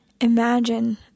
Imagine